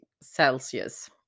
Celsius